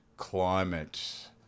Climate